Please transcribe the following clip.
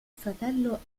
fratello